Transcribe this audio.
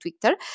Twitter